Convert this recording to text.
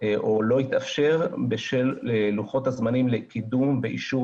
או לא יתאפשר בשל לוחות הזמנים לקידום ואישור